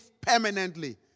permanently